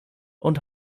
und